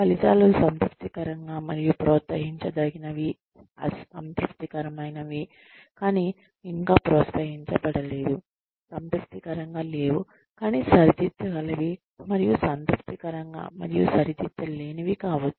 ఫలితాలు సంతృప్తికరంగా మరియు ప్రోత్సహించదగినవి సంతృప్తికరమైనవి కానీ ఇంకా ప్రోత్సహించబడలేదు సంతృప్తికరంగా లేవు కాని సరిదిద్దగలవి మరియు సంతృప్తికరంగా మరియు సరిదిద్దలేనివి కావచ్చు